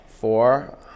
Four